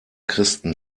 christen